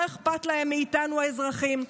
לא אכפת להם מאיתנו האזרחים,